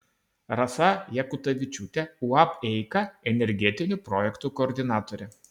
rasa jakutavičiūtė uab eika energetinių projektų koordinatorė